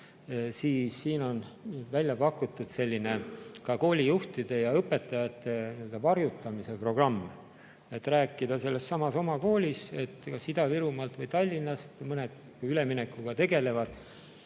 siis siin on välja pakutud selline koolijuhtide ja õpetajate nii-öelda varjutamise programm. Rääkida sellessamas oma koolis, et kas Ida-Virumaalt või Tallinnast mõned üleminekuga tegelevad